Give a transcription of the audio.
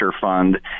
Fund